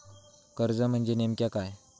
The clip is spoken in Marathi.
कर्ज म्हणजे नेमक्या काय?